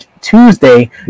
Tuesday